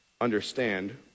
understand